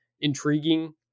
intriguing